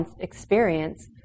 experience